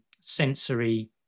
sensory